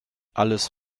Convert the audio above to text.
alles